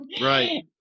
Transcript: Right